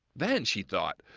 then she thought,